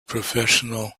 professional